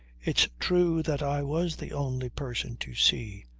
it's true that i was the only person to see,